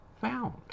found